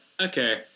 Okay